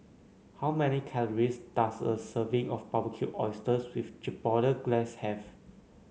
how many calories does a serving of Barbecued Oysters with Chipotle Glaze have